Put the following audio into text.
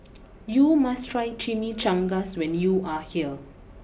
you must try Chimichangas when you are here